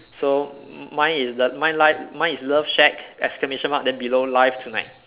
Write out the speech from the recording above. so mi~ mine is the mine live mine is love shack exclamation mark then below live tonight